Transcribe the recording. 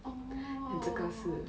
orh